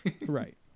right